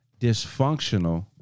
dysfunctional